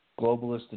globalist